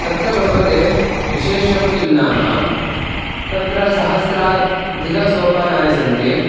तत्र पर्वते विशेषं किं नाम तत्र सहस्राधिकसोपानानि सन्ति